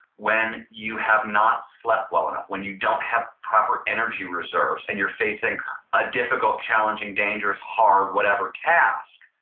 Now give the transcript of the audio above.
when you have not slept well enough, when you don't have proper energy reserves and you're facing a difficult challenging dangerous hard whatever task,